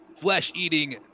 flesh-eating